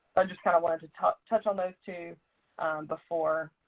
i just kind of wanted to touch touch on those two before